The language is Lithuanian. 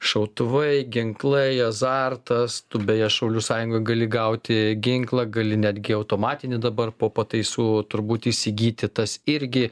šautuvai ginklai azartas tu beje šaulių sąjungoj gali gauti ginklą gali netgi automatinį dabar po pataisų turbūt įsigyti tas irgi